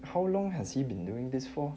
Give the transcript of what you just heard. how long has he been doing this for